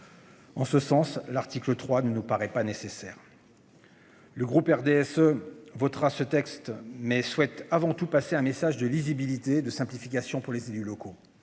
En ce sens, l'article 3 ne nous paraît pas nécessaire. Le groupe RDSE votera ce texte mais souhaite avant tout passer un message de lisibilité de simplification pour les élus locaux.